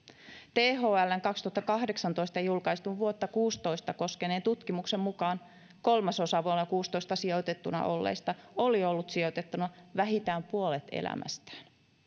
thln vuonna kaksituhattakahdeksantoista julkaistun vuotta kaksituhattakuusitoista koskeneen tutkimuksen mukaan kolmasosa vuonna kuusitoista sijoitettuna olleista oli ollut sijoitettuna vähintään puolet elämästään